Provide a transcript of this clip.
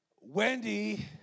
Wendy